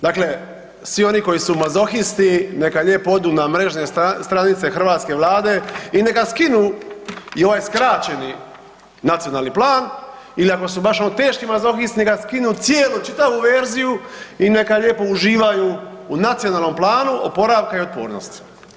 Dakle, svi oni koji su mazohisti neka lijepo odu na mrežne stranice hrvatske Vlade i neka skinu i ovaj skraćeni nacionalni plan ili ono ako su baš teški mazohisti neka skinu cijelu, čitavu verziju i neka lijepo uživaju u Nacionalno planu oporavka i otpornosti.